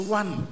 one